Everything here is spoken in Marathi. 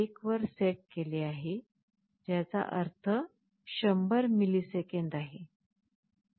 1 वर सेट केले आहे ज्याचा अर्थ 100 मिलिसेकंद आहे